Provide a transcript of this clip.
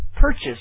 purchase